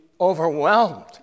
overwhelmed